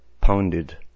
pounded